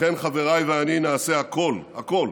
לכן חבריי ואני נעשה הכול, הכול,